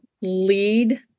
lead